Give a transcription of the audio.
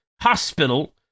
Hospital